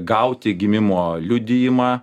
gauti gimimo liudijimą